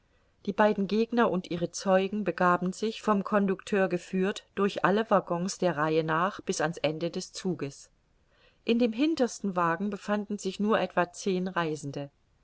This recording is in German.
die beiden gegner und ihre zeugen begaben sich vom conducteur geführt durch alle waggons der reihe nach bis an's ende des zuges in dem hintersten wagen befanden sich nur etwa zehn reisende